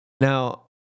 Now